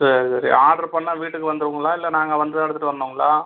சரி சரி ஆட்ரு பண்ணால் வீட்டுக்கு வந்துருங்களா இல்லை நாங்கள் வந்து தான் எடுத்துகிட்டு வரணுங்களா